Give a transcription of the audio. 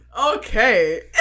okay